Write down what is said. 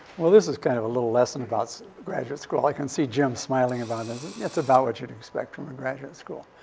well, this is kind of a little lesson about graduate school. i can see jim smiling about this. it's about what you would expect from a graduate school.